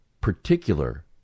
particular